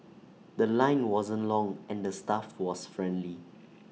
The Line wasn't long and the staff was friendly